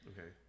Okay